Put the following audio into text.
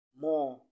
more